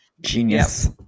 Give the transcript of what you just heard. Genius